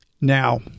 now